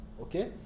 okay